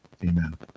Amen